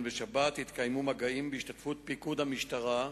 בשבת התקיימו מגעים בהשתתפות פיקוד המשטרה,